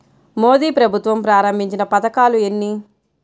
మోదీ ప్రభుత్వం ప్రారంభించిన పథకాలు ఎన్ని?